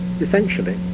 essentially